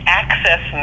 access